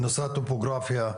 בנושא הטופוגרפיה,